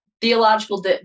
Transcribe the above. theological